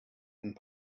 and